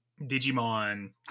Digimon